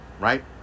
Right